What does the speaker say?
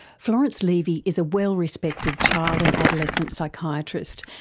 florence levy is a well respected child and adolescent psychiatrist,